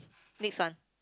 next one